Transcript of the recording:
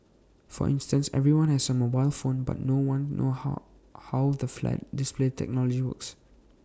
for instance everyone has A mobile phone but no one know how the flat display technology works